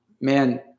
man